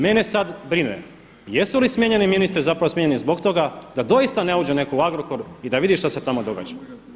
Mene sada brine, jesu li smijenjeni ministri zapravo smijenjeni zbog toga da doista ne uđe netko u Agrokor i da vidi šta se tamo događa?